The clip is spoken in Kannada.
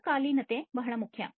ಏಕಕಾಲೀನತೆ ಬಹಳ ಮುಖ್ಯ